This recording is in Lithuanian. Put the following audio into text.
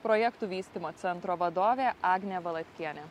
projektų vystymo centro vadovė agnė valatkienė